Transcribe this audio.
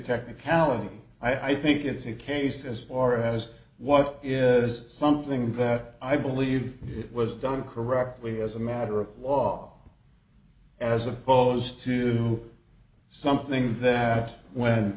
technicality i think it's a case as far as what is something that i believe it was done correctly as a matter of law as opposed to something that when